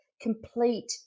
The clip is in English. complete